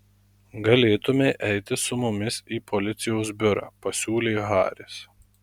galėtumei eiti su mumis į policijos biurą pasiūlė haris